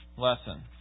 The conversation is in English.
lesson